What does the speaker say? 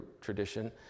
tradition